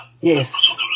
Yes